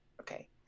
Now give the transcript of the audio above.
Okay